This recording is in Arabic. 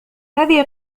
هذه